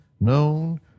known